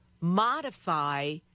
modify